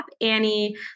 Annie